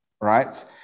right